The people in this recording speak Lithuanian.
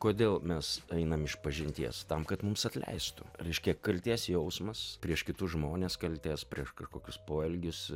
kodėl mes einam išpažinties tam kad mums atleistų reiškia kaltės jausmas prieš kitus žmones kaltės prieš kažkokius poelgius